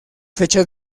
fechas